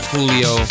Julio